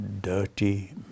dirty